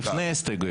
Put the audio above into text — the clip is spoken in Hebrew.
לפני ההסתייגויות.